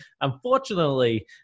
Unfortunately